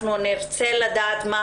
נרצה לדעת מה